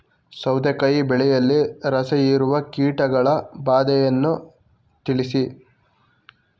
ಸೌತೆಕಾಯಿ ಬೆಳೆಯಲ್ಲಿ ರಸಹೀರುವ ಕೀಟಗಳ ಬಾಧೆಯನ್ನು ತಿಳಿಸಿ?